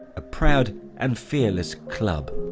a proud and fearless club.